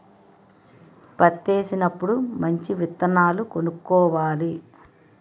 పత్తేసినప్పుడు మంచి విత్తనాలు కొనుక్కోవాలి